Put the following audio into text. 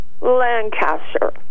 Lancaster